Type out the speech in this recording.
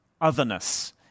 otherness